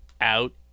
out